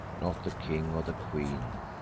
not the king or the queen,